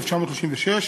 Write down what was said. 1936,